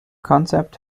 concept